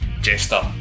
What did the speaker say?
Jester